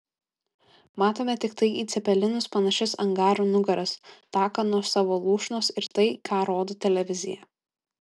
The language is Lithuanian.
matome tiktai į cepelinus panašias angarų nugaras taką nuo savo lūšnos ir tai ką rodo televizija